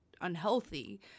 unhealthy